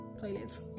toilets